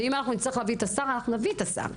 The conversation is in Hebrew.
ואם אנחנו נצטרך להביא את השר, אנחנו נביא את השר,